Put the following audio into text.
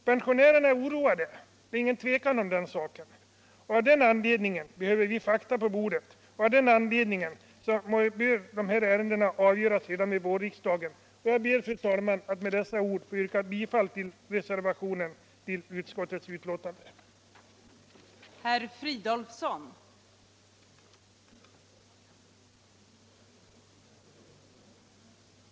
Pensionärerna är oroade, det råder inga tvivel om den saken. Av den anledningen behöver vi ha fakta på bordet. Därför bör detta ärende avgöras redan vid vårriksdagen. Fru talman! Med dessa ord ber jag att få yrka bifall till den vid utskottets betänkande fogade reservationen.